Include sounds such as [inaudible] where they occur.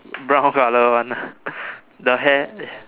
brown colour one ah [laughs] the hair